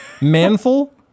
Manful